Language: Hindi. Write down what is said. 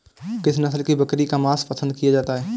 किस नस्ल की बकरी का मांस पसंद किया जाता है?